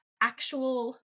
actual